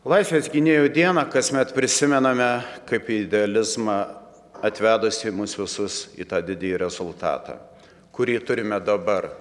laisvės gynėjų dieną kasmet prisimename kaip idealizmą atvedusį mus visus į tą didįjį rezultatą kurį turime dabar